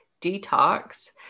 detox